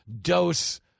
dose